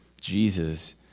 Jesus